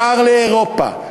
שער לאירופה,